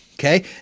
Okay